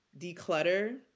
declutter